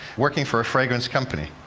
working for a fragrance company.